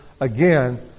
again